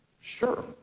Sure